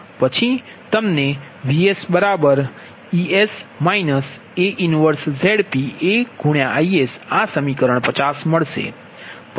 પછી તમને VsEs A 1ZpA Is આ સમીકરણ 50 મળશે